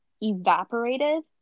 evaporated